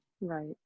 Right